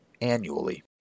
annually